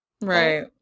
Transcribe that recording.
right